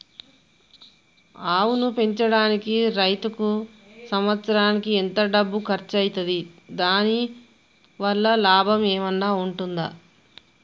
ఆవును పెంచడానికి రైతుకు సంవత్సరానికి ఎంత డబ్బు ఖర్చు అయితది? దాని వల్ల లాభం ఏమన్నా ఉంటుందా?